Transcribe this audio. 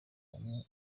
bamwe